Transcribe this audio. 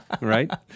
right